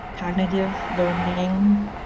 cognitive, learning,